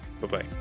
Bye-bye